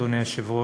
אדוני היושב-ראש.